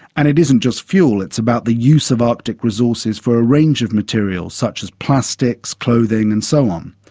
and it isn't just fuel, it's about the use of arctic resources for a range of materials, such as plastics, clothing and so on.